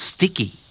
Sticky